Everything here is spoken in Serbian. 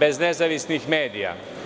bez nezavisnih medija.